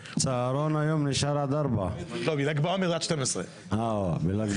צהרון היום נשאר עד 16:00. בל"ג בעומר זה עד 12:00. לכן